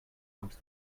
langs